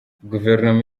guverinoma